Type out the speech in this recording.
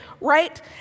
right